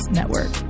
Network